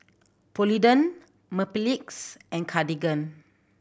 Polident Mepilex and Cartigain